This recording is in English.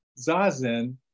Zazen